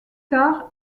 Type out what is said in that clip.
tard